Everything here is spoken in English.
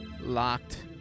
locked